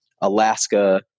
Alaska